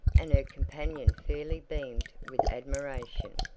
and her companion fairly beamed with admiration.